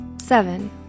seven